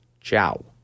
Ciao